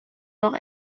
noch